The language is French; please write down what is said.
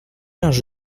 linge